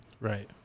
right